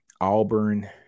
Auburn